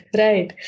right